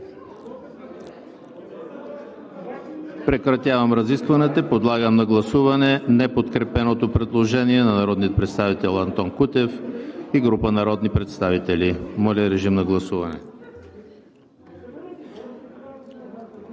Прекратявам разискванията. Подлагам на гласуване неподкрепеното предложение на народния представител Антон Кутев и група народни представители. Гласували